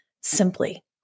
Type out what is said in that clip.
Simply